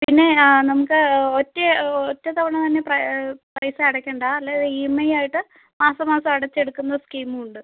പിന്നെ നമുക്ക് ഒറ്റ ഒറ്റത്തവണ തന്നെ പ്രൈ പൈസ അടയ്ക്കേണ്ട അല്ല ഇ എം ഐ ആയിട്ട് മാസം മാസം അടച്ചെടുക്കുന്ന സ്കീമും ഉണ്ട്